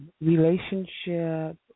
relationship